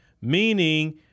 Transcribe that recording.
meaning